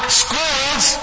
schools